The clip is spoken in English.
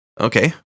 Okay